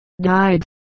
died